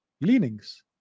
leanings